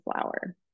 flower